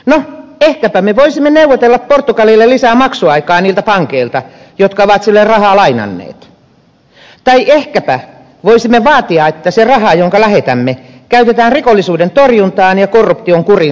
no ehkäpä me voisimme neuvotella portugalille lisää maksuaikaa niiltä pankeilta jotka ovat sille rahaa lainanneet tai ehkäpä voisimme vaatia että se raha jonka lähetämme käytetään rikollisuuden torjuntaan ja korruption kuriin saattamiseen